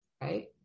Right